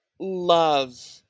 love